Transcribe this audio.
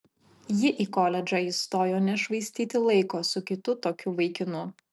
ji į koledžą įstojo nešvaistyti laiko su kitu tokiu vaikinu